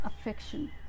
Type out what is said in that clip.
affection